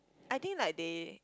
I think like they